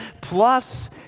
plus